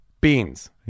beans